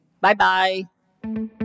Bye-bye